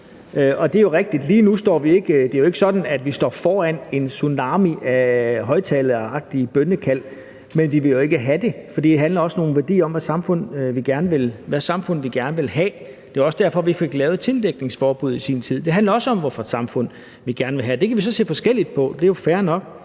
det lige nu ikke er sådan, at vi står foran en tsunami af højtalerforstærkede bønnekald, men vi vil jo ikke have det, fordi det også handler om, hvad for et samfund vi gerne vil have. Det var jo også derfor, vi fik lavet tildækningsforbuddet i sin tid. Det handler også om, hvad for et samfund vi gerne vil have. Og det kan vi så se forskelligt på; det er jo fair nok.